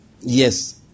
Yes